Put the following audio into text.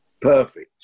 Perfect